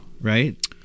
right